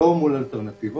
לא מול אלטרנטיבות,